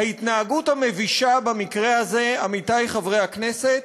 ההתנהגות המבישה במקרה הזה, עמיתי חברי הכנסת,